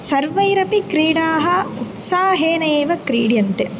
सर्वैरपि क्रीडाः उत्साहेन एव क्रीड्यन्ते